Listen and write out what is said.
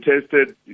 tested